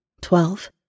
twelve